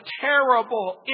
terrible